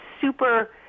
super